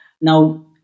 Now